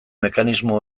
mekanismo